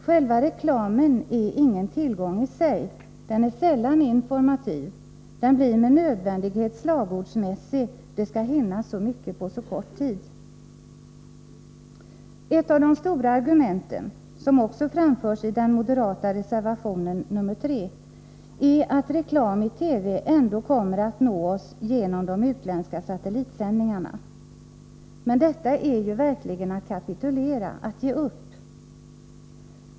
Själva reklamen är ingen tillgång i sig: den är sällan informativ, den blir med nödvändighet slagordsmässig, det skall hinnas med så mycket på så kort tid. Ett av de stora argumenten, som också framförs i den moderata reservationen 3, är att reklam i TV ändå kommer att nå oss genom utländska satellitsändningar. Men detta är ju verkligen att kapitulera, att ge upp!